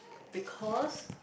because